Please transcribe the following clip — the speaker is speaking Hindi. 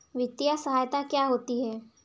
वित्तीय सहायता क्या होती है?